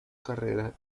carrera